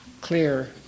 clear